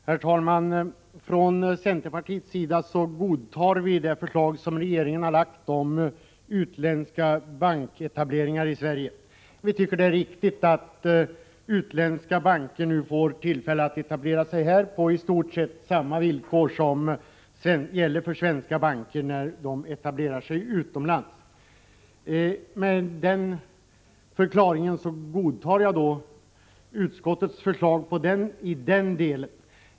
Herr talman! Från centerpartiets sida godtar vi det förslag som regeringen har framlagt om utländska banketableringar i Sverige. Vi tycker att det är riktigt att utländska banker nu får tillfälle att etablera sig här på i stort sett samma villkor som gäller för svenska banker när de etablerar sig utomlands. Med den förklaringen godtar jag utskottets förslag i den delen.